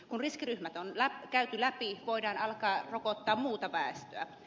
kun riskiryhmät on käyty läpi voidaan alkaa rokottaa muuta väestöä